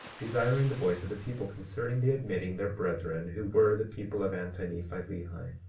desiring the voice of the people concerning the admitting their brethren, who were the people of anti-nephi-lehi.